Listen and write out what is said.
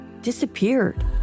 disappeared